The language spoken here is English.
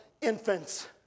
infants